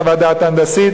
חוות דעת הנדסית.